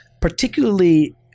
particularly